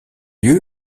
lieu